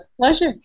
pleasure